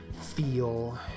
Feel